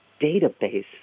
database